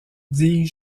dis